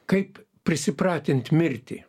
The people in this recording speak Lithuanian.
kaip prisipratint mirtį